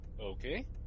Okay